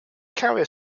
carrier